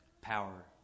Power